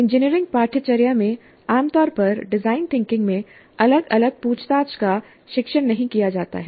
engineering पाठ्यचर्या में आमतौर पर डिजाइन थिंकिंग में अलग अलग पूछताछ का शिक्षण नहीं किया जाता है